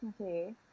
Okay